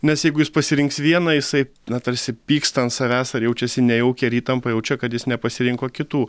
nes jeigu jis pasirinks vieną jisai na tarsi pyksta ant savęs ar jaučiasi nejaukiai ar įtampą jaučia kad jis nepasirinko kitų